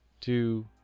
two